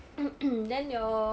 then your